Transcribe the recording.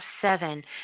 seven